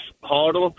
harder